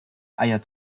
eier